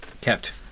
kept